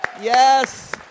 Yes